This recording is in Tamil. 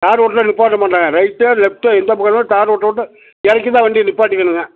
தார் ரோட்டில் நிற்பாட்ட மாட்டேங்க ரைட்டோ லெஃப்ட்டோ எந்த பக்கமும் தார் ரோட்டை விட்டு இறக்கி தான் வண்டியை நிற்பாட்டுவேனுங்க